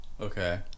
okay